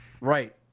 Right